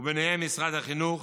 ובהם משרד החינוך,